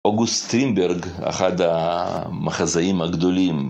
אוגוס טרינברג, אחד המחזאים הגדולים.